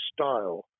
style